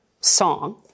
song